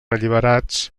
alliberats